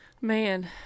Man